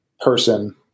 person